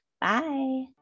Bye